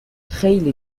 خیلی